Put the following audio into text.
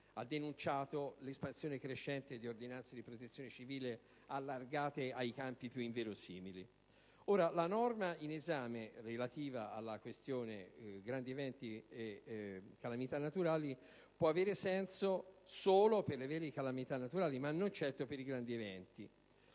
ha denunciato l'espansione crescente delle ordinanze di protezione civile, allargate ai campi più inverosimili. La norma in esame, relativa alla questione dei grandi eventi e delle calamità naturali, può avere senso solo per le vere calamità naturali, ma non certo per i grandi eventi.